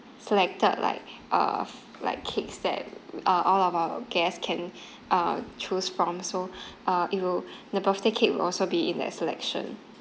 selected like of like cakes that uh all of our guests can uh choose from so uh it will the birthday cake will also be in that selection